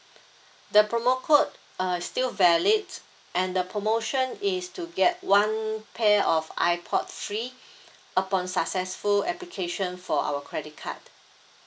the promo code err still valid and the promotion is to get one pair of ipod free upon successful application for our credit card